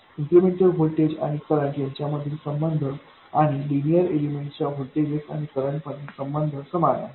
incremental voltage आणि current यांच्यामधील संबंध आणि लिनीयर एलिमेंट च्या व्होल्टेजेस आणि करंट मधील संबंध समान आहे